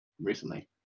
recently